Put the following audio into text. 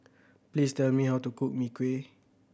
please tell me how to cook Mee Kuah